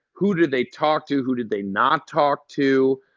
who did they talk to? who did they not talk to?